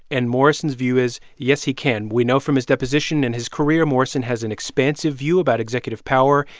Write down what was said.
and morrison's view is yes, he can. we know from his deposition and his career, morrison has an expansive view about executive power.